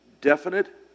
definite